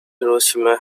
hiroshima